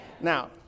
Now